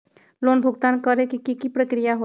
Loan भुगतान करे के की की प्रक्रिया होई?